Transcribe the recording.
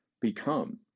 become